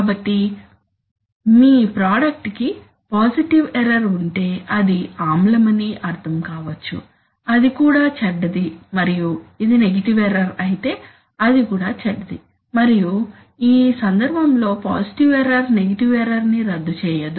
కాబట్టి మీప్రాడక్ట్ కి పాజిటివ్ ఎర్రర్ ఉంటే అది ఆమ్లమని అర్ధం కావచ్చు అది కూడా చెడ్డది మరియు ఇది నెగటివ్ ఎర్రర్ అయితే అది కూడా చెడ్డది మరియు ఈ సందర్భంలో పాజిటివ్ ఎర్రర్ నెగటివ్ ఎర్రర్ ని రద్దు చేయదు